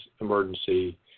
emergency